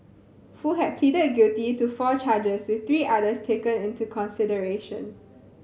foo had pleaded guilty to four charges with three others taken into consideration